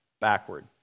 backward